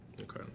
Okay